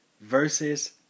versus